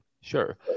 Sure